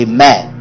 Amen